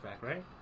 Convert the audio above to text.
right